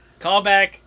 Callback